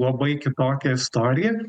labai kitokia istorija